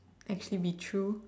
actually be true